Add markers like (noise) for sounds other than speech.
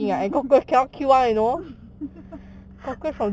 (laughs)